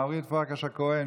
אורית פרקש הכהן,